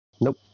Nope